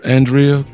Andrea